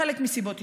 חלק מסיבות אישיות,